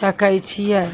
सकय छियै?